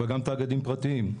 אבל גם תאגידים פרטיים.